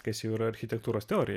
kas yra architektūros teorija